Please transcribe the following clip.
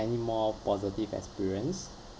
any more positive experience